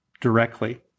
directly